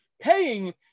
paying